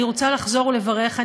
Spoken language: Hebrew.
אני רוצה לחזור ולברך.